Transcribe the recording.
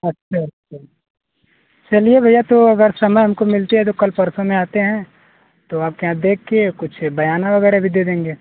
अच्छा अच्छा चलिए भैया तो अगर समय हमको मिलते हैं तो कल परसों में आते हैं तो आपके यहाँ देख के कुछ बयाना वगैरह भी दे देंगे